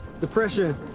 Depression